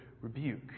rebuke